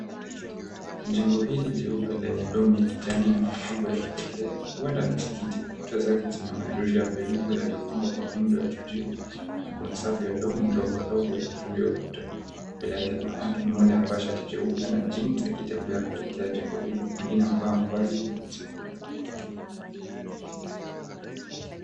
Jengo hili jeupe lenye dome ya kijani na mapambo yavkipekee huenda ni msikiti kuta zake zina madirisha ya mviringo yenye chujio